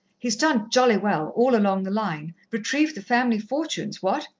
he's done jolly well, all along the line retrieved the family fortunes, what?